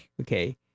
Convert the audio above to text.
Okay